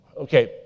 Okay